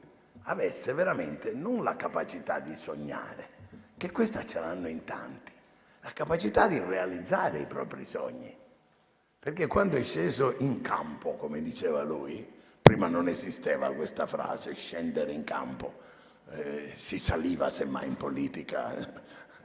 avesse veramente non la capacità di sognare, che ce l'hanno in tanti, ma la capacità di realizzare i propri sogni. Lo ha fatto quando è sceso in campo, come diceva lui, perché prima non esisteva questa frase, scendere in campo, semmai si saliva in politica.